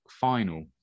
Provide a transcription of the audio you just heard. final